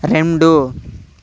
రెండు